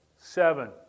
Seven